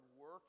work